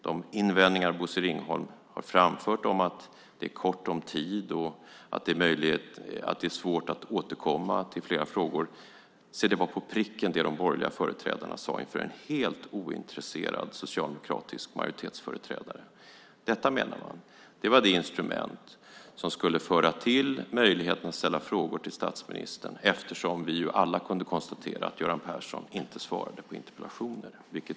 De invändningar Bosse Ringholm har framfört om att det är kort om tid och att det är svårt att återkomma till flera frågor var på pricken det som de borgerliga företrädarna sade inför en helt ointresserad socialdemokratisk majoritetsföreträdare. Detta, menade man, var det instrument som skulle tillföra möjligheten att ställa frågor till statsministern, eftersom vi ju alla kunde konstatera att Göran Persson inte svarade på interpellationer.